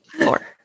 Four